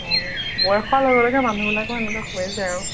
অঁ বয়সৰ লগে লগে মানুহবিলাকৰ এনেকুৱা হৈ যায় আৰু